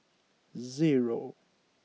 zero